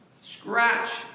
scratch